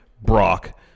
Brock